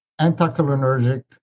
anticholinergic